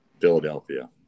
Philadelphia